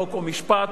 חוק ומשפט,